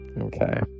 okay